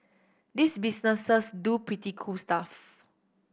these businesses do pretty cool stuff